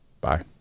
bye